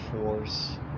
force